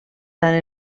tant